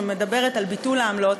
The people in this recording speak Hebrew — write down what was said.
שמדברת על ביטול העמלות.